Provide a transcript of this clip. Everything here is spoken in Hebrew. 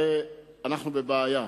הרי אנחנו בבעיה.